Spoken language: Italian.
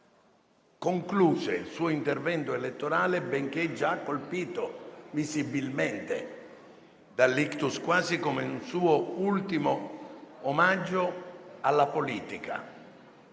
concluse il suo intervento elettorale, benché già colpito visibilmente dall'ictus, quasi come un suo ultimo omaggio alla politica,